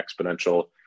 exponential